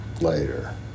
later